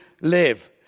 live